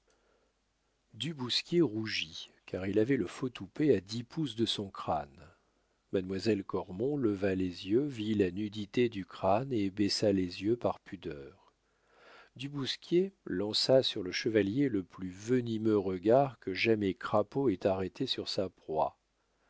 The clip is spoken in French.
du bousquier rougit car il avait le faux toupet à dix pouces de son crâne mademoiselle cormon leva les yeux vit la nudité du crâne et baissa les yeux par pudeur du bousquier lança sur le chevalier le plus venimeux regard que jamais crapaud ait arrêté sur sa proie